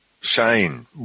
Shane